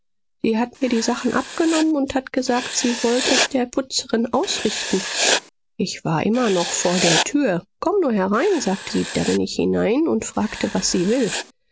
sie hat mir die sachen abgenommen und hat gesagt sie wollt es der putzerin ausrichten ich war immer noch vor der tür komm nur herein sagt sie da bin ich hinein und frage was sie will